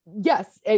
yes